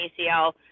ACL